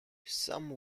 some